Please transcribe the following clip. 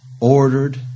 ordered